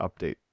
update